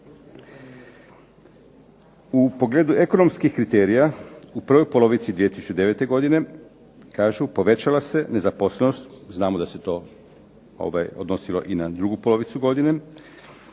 U pogledu ekonomskih kriterija u prvoj polovici 2009. godine kažu povećala se nezaposlenost, znamo da se to odnosilo i na drugu polovicu godine,